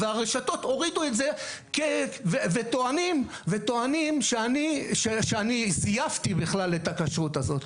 הרשתות הורידו את זה וטוענים שאני זייפתי בכלל את הכשרות הזאת.